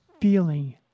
feeling